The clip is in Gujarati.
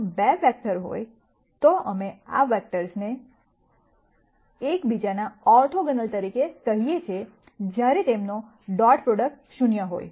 જો 2 વેક્ટર હોય તો અમે આ વેક્ટર્સને એક બીજા ના ઓર્થોગોનલ તરીકે કહીએ છીએ જયારે તેમનો ડોટ પ્રોડક્ટ 0 હોય